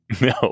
No